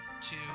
two